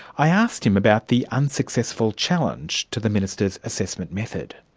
i asked him about the unsuccessful challenge to the minister's assessment method.